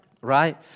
right